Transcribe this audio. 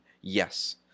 Yes